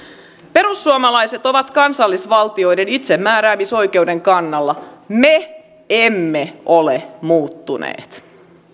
perussuomalaiset ovat kansallisvaltioiden itsemääräämisoikeuden kannalla me emme ole muuttuneet